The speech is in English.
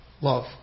Love